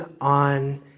on